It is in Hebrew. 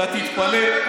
אתה תתפלא,